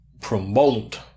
promote